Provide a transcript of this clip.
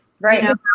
right